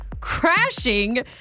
crashing